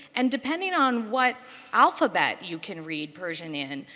and depending on what alphabet you can read persian in,